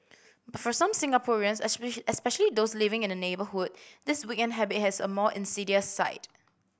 but for some Singaporeans especially those living in the neighbourhood this weekend habit has a more insidious side